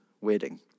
wedding